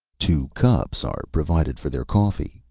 two cups are provided for their coffee.